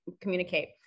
communicate